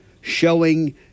showing